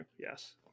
yes